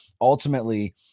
ultimately